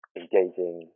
engaging